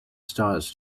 stars